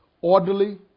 orderly